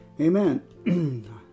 Amen